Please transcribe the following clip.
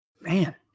Man